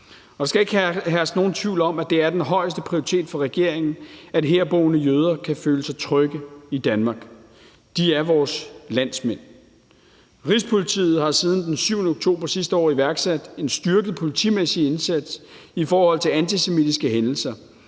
Der skal ikke herske nogen tvivl om, at det er den højeste prioritet for regeringen, at herboende jøder kan føle sig trygge i Danmark. De er vores landsmænd. Rigspolitiet har siden den 7. oktober sidste år iværksat en styrket politimæssig indsats i forhold til antisemitiske hændelser.